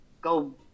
go